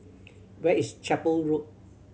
where is Chapel Road